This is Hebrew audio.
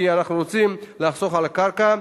כי אנחנו רוצים לחסוך על הקרקע,